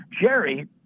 Jerry